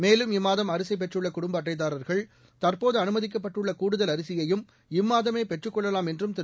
மேலும் இம்மாதம் அரிசி பெற்றுள்ள குடும்ப அட்டைதாரர்கள் தற்போது அனுமதிக்கப்பட்டுள்ள கூடுதல் அரிசியையும் இம்மாததேம பெற்றுக் கொள்ளலாம் என்றும் திரு